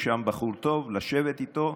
יש שם בחור טוב, לשבת איתו,